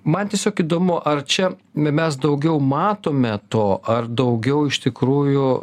man tiesiog įdomu ar čia me mes daugiau matome to ar daugiau iš tikrųjų